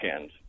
end